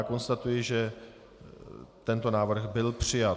Konstatuji, že tento návrh byl přijat.